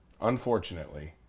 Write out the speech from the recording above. Unfortunately